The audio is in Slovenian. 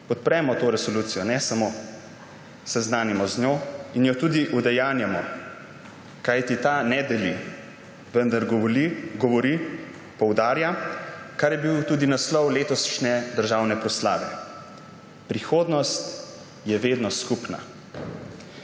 podpremo to resolucijo, ne se samo seznanimo z njo, in jo tudi udejanjamo. Kajti ta ne deli, vendar govori, poudarja, kar je bil tudi naslov letošnje državne proslave: prihodnost je vedno skupna.